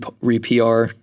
re-PR